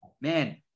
man